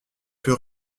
plus